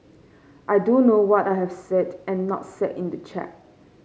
I do know what I have said and not said in the chat